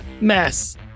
mess